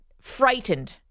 frightened